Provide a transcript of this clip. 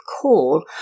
call